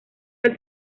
del